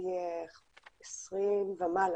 בני 18 ומעלה.